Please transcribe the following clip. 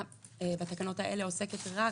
התקנות האלה עוסקות רק